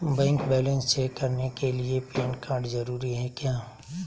Bank balance check करने के लिए पैन कार्ड जरूरी है क्या?